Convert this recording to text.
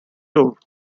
tour